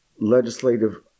legislative